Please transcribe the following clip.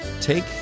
take